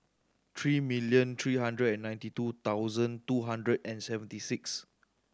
three million three hundred and ninety two thousand two hundred and seventy six